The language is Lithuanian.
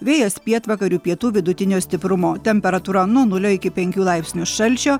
vėjas pietvakarių pietų vidutinio stiprumo temperatūra nuo nulio iki penkių laipsnių šalčio